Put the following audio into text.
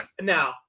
now